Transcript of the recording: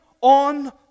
on